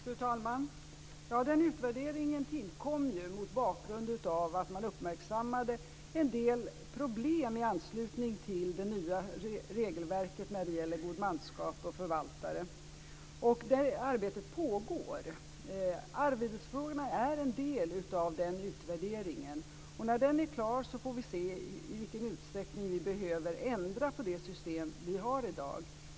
Fru talman! Den utvärderingen tillkom mot bakgrund av att man uppmärksammade en del problem i anslutning till det nya regelverket när det gäller godmanskap och förvaltare. Det arbetet pågår. Arvodesfrågorna är en del av den utvärderingen. När den är klar får vi se i vilken utsträckning vi behöver ändra på det system vi har i dag.